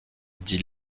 dit